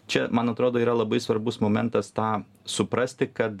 čia man atrodo yra labai svarbus momentas tą suprasti kad